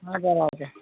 हजुर हजुर